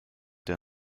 der